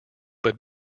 but